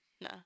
No